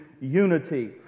unity